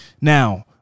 Now